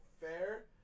fair